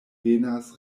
venas